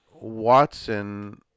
Watson